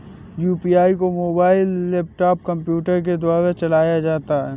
UPI को mobile laptop computer के द्वारा चलाया जाता है